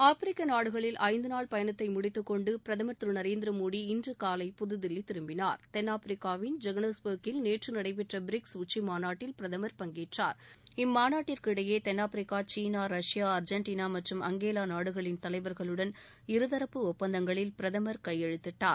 ஆப்பிரிக்க நாடுகளின் ஐந்து நாள் பயணத்தை முடித்துக்கொண்டு பிரதமர் திரு நரேந்திரமோடி இன்று காலை புதுதில்லி திரும்பினார் தென்னாப்பிரிக்காவின் ஜோகன்னஸ்பர்கில் நேற்று நடைபெற்ற பிரிக்ஸ் உச்சிமாநாட்டில் பிரதமர் பங்கேற்றார் இம்மாநாட்டிற்கு இடையே தென்னாப்பிரிக்கா சீனா ரஷ்யா அர்ஜெண்டினா மற்றும் அங்கேலா நாடுகளின் தலைவர்களுடன் இருதரப்பு ஒப்பந்தங்களில் பிரதமர் கையெழுத்திட்டார்